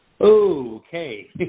okay